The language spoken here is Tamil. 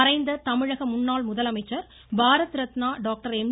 மறைந்த தமிழக முன்னாள் முதலமைச்சர் பாரத ரத்னா டாக்டர் எம்